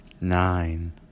nine